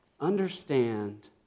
understand